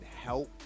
help